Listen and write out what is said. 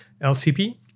LCP